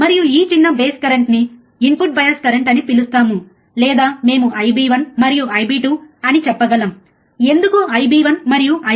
మరియు ఈ చిన్న బేస్ కరెంట్ని ఇన్పుట్ బయాస్ కరెంట్ అని పిలుస్తాము లేదా మేము IB1 మరియు IB2 అని చెప్పగలం ఎందుకు IB1 మరియు IB2